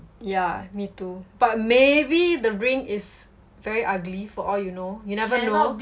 yeah me too but maybe the ring is very ugly for all you know you never know